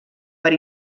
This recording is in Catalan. per